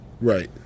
Right